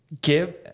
give